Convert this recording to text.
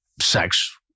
sex